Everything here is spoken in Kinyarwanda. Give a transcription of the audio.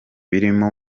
birimo